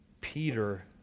Peter